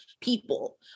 people